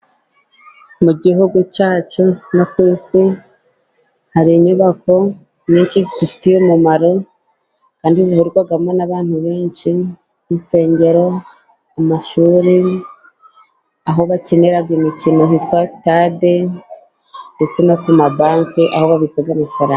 Mu gihugu cyacu no ku isi hari inyubako nyinshi zidufitiye umumaro kandi zihurirwamo n'abantu benshi, nk'insengero, amashuri, aho bakinira imikino hitwa sitade ndetse no ku mabanki aho babikaga amafaranga.